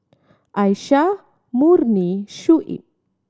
Aisyah Murni and Shuib